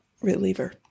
reliever